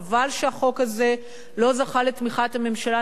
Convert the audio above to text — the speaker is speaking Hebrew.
חבל שהחוק הזה לא זכה לתמיכת הממשלה,